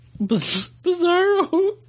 Bizarro